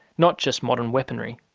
not just modern weaponry.